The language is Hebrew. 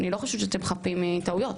אני לא חושבת שאתם חפים מטעויות.